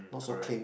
correct